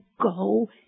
go